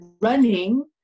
running